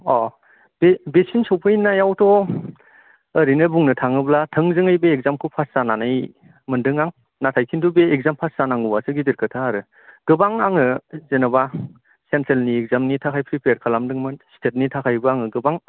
अ बे बेसिम सफैनायावथ' ओरैनो बुंनो थाङोब्ला थोंजोङै बे इखजामखौ फास जानानै मोनदों आं नाथाय खिन्थु बे इखजाम फास जानांगौ आसो गिदिर खोथा आरो गोबां आङो जेन'बा सेनट्रेलनि इखजामनि थाखाय फ्रिफियार खालाम दोंमोन सिटेटनि थाखायबो आङो गोबां